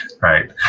Right